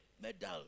Medal